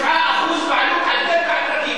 זאת קרקע של אבות אבותינו.